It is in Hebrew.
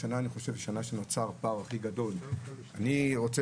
השנה זו השנה שבה נוצר הפער הכי גדול, אני חושב.